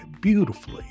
beautifully